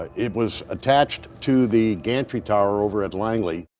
it was attached to the gantry tower over at langley.